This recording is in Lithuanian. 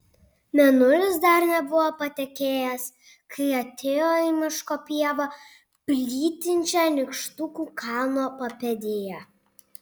mėnulis dar nebuvo patekėjęs kai atėjo į miško pievą plytinčią nykštukų kalno papėdėje